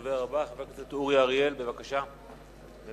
הדובר הבא, חבר הכנסת אורי אריאל, בבקשה, מוותר.